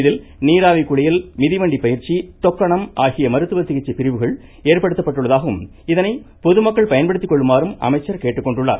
இதில் நீராவி குளியல் மிதிவண்டி பயிற்சி தொக்கணம் ஆகிய மருத்துவ சிகிச்சை பிரிவுகள் ஏற்படுத்தப்பட்டுள்ளதாகவும் இதனை பொதுமக்கள் பயன்படுத்திக் கொள்ளுமாறும் கேட்டுக்கொண்டுள்ளார்